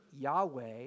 Yahweh